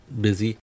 busy